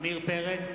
עמיר פרץ,